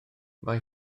mae